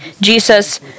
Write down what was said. Jesus